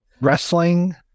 wrestling